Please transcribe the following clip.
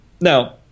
Now